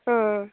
ஆ ஆ